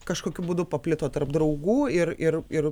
kažkokiu būdu paplito tarp draugų ir ir ir